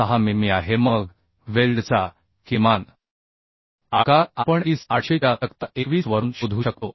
6 आहे मग वेल्डचा किमान आकार आपण IS 800 च्या तक्ता 21 वरून शोधू शकतो